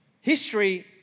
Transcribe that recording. history